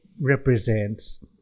represents